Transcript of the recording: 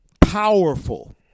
powerful